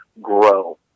grow